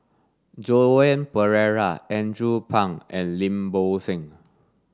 Joan Pereira Andrew Phang and Lim Bo Seng